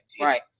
Right